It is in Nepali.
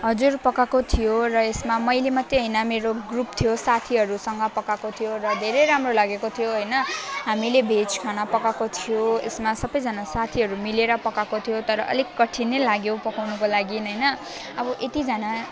हजुर पकाएको थियो र यसमा मैले मात्रै हैन मेरो ग्रुप थियो साथीहरूसँग पकाएको थियो धेरै राम्रो लागेको थियो हैन हामीले भेज खाना पकाएको थियो यसमा सबैजना साथीहरू मिलेर पकाएको थियो तर अलिक कठिन नै लाग्यो पकाउनुको लागि हैन अब यतिजना